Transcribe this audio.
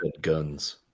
guns